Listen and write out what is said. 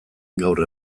gaur